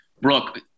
Brooke